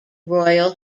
royal